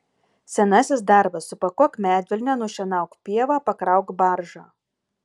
senasis darbas supakuok medvilnę nušienauk pievą pakrauk baržą